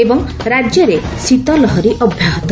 ଏବଂ ରାଜ୍ୟରେ ଶୀତ ଲହରୀ ଅବ୍ୟାହତ